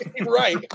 Right